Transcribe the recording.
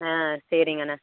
ஆ சரிங்கண்ணே